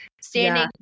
standing